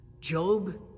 job